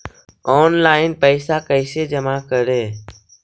Online पैसा कैसे जमा करे?